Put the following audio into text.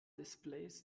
displays